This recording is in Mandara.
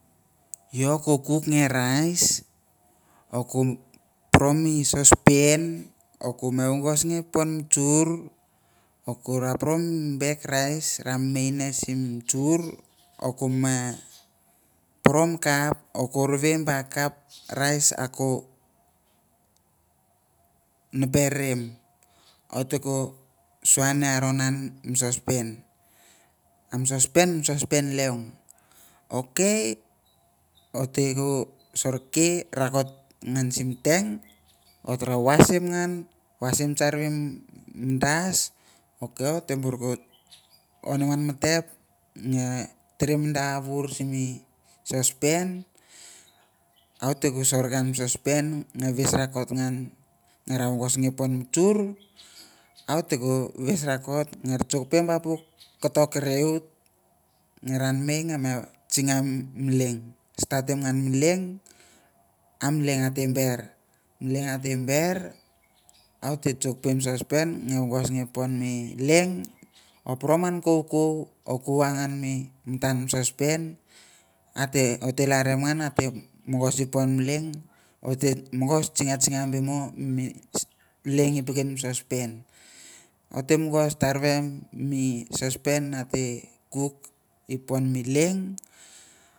Yen or ok ako gi rice pro me sospen or ko pore mi sospen moges gie ipon mi chur or koporo me baek rice nana mayme chur orte poro me lup okoko rave or korove me cup rice are naperim ortes aran me sospen na perun me sospen mei sospen leong okope ko ote ko soroe lato ngan sim tank oter bowasming ngan wasim changrivee mi bas onim ngan me tap pemmi da wuer simi sospen ote potir sospen na wis ngan ni pon mi chur ote wis ragot ngan na chock te na buk poko kerent na ranamay wet char chagu mi leng stopim ngan mi leng lingate ber mi sospen opore man koukou ogeng me matna sospen ote laring ngan ate mogos ipon mi leng